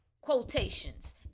quotations